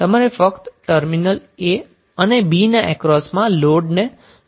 તમારે ફકત terminal a અને b ના અક્રોસમાં લોડને બદલાવતું રહેવું પડશે